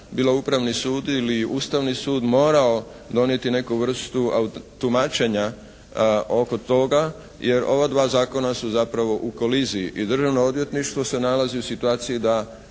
bilo Upravni sud ili Ustavni sud morao donijeti neku vrstu tumačenja oko toga, jer ova dva zakona su zapravo u koliziji i Državno odvjetništvo se nalazi u situaciji da